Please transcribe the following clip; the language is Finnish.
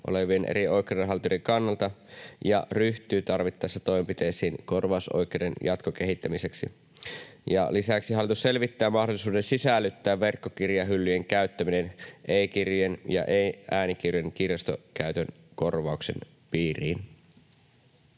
olevien eri oikeudenhaltijoiden kannalta ja ryhtyy tarvittaessa toimenpiteisiin korvausoikeuden jatkokehittämiseksi.” Ja lisäksi: ”Hallitus selvittää mahdollisuuden sisällyttää verkkokirjahyllyjen käyttäminen e-kirjojen ja e-äänikirjojen kirjastokäytön korvauksen piiriin.”